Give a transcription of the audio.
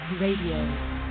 Radio